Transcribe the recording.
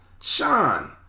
Sean